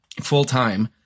Full-time